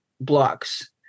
blocks